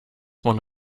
one